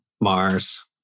Mars